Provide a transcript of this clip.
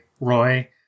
Roy